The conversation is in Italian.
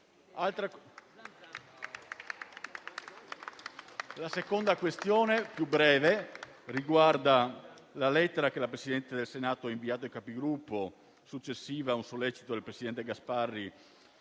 La seconda questione, più breve, riguarda la lettera che la Presidente del Senato ha inviato ai Capigruppo, successiva a un sollecito del presidente Gasparri